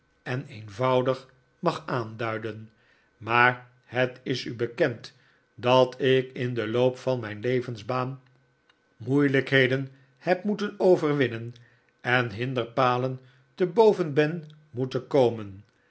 en eenvoudig mag aanduiden maar het is u bekend dat ik in den loop van mijn levensbaan moeilijkheden heb moeten overwinnen en hinderpalen te boven ben moeten komen